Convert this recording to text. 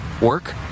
work